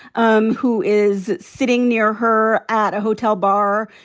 um who is sitting near her at a hotel bar.